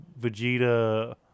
Vegeta